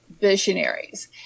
visionaries